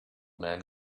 man